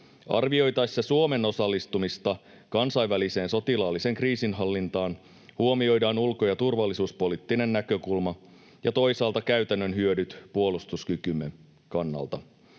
Arvioitaessa Suomen osallistumista kansainväliseen sotilaalliseen kriisinhallintaan huomioidaan ulko- ja turvallisuuspoliittinen näkökulma ja toisaalta käytännön hyödyt puolustuskykymme kannalta.